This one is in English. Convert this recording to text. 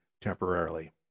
temporarily